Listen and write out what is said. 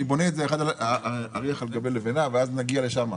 אני בונה את זה אריח על גבי לבנה, ואז נגיע לשם.